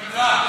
חמלה?